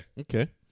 Okay